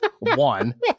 One